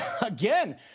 again